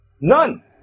None